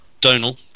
Donal